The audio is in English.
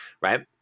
right